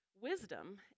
Wisdom